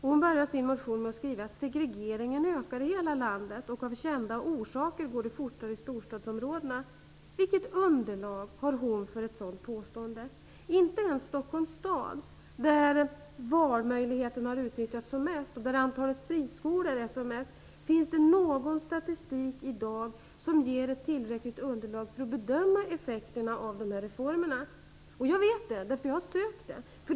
Hon börjar sin motion med att skriva att segregeringen ökar i hela landet och av kända orsaker går det fortare i storstadsområdena. Vilket underlag har hon för ett sådant påstående? Inte ens i Stockholms stad -- där valmöjligheten har utnyttjats som mest och där antalet friskolor är som störst -- finns det i dag någon statistik som ger ett tillräckligt underlag för att man skall kunna bedöma effekterna av reformerna. Jag vet det, eftersom jag har sökt efter material.